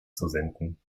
zusenden